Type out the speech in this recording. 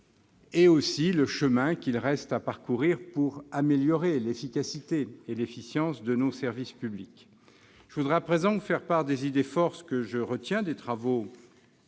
-et le chemin qu'il reste à parcourir pour améliorer l'efficacité et l'efficience de nos services publics. Je voudrais à présent vous faire part des idées-forces que je retiens des travaux